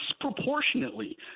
disproportionately